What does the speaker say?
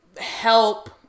help